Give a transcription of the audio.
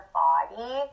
body